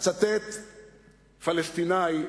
אצטט פלסטיני,